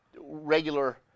regular